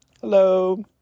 hello